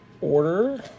order